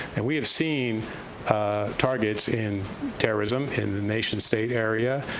and we have seen targets in terrorism, in the nation-state area,